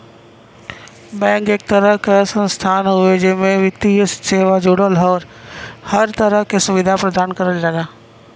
bank एक तरह क संस्थान हउवे जेमे वित्तीय सेवा जुड़ल हर तरह क सुविधा प्रदान करल जाला